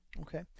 Okay